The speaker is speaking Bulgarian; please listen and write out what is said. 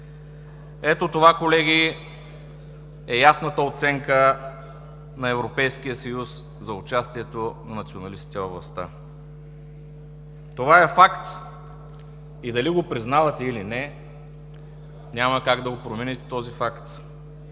Ето това, колеги, е ясната оценка на Европейския съюз за участието на националистите във властта. Това е факт и дали го признавате, или не, няма как да промените този факт.